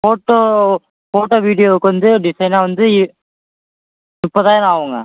photo photo வீடியோக்கு வந்து டிஸைனா வந்து இ முப்பதாயிரம் ஆகுங்க